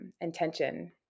intention